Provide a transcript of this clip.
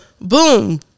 boom